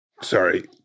Sorry